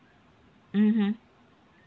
mmhmm